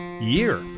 year